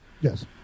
Yes